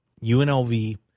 UNLV